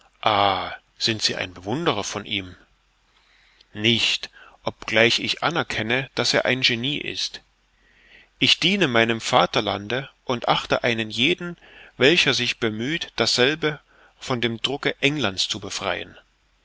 sind ein bewunderer von ihm nein obgleich ich anerkenne daß er ein genie ist ich diene meinem vaterlande und achte einen jeden welcher sich bemüht dasselbe von dem drucke england's zu befreien